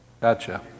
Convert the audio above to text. Gotcha